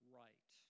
right